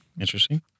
interesting